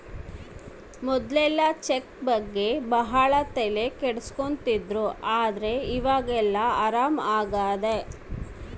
ಮೊದ್ಲೆಲ್ಲ ಚೆಕ್ ಬಗ್ಗೆ ಭಾಳ ತಲೆ ಕೆಡ್ಸ್ಕೊತಿದ್ರು ಆದ್ರೆ ಈವಾಗ ಎಲ್ಲ ಆರಾಮ್ ಆಗ್ತದೆ